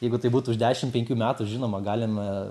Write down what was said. jeigu tai būtų už dešim penkių metų žinoma galim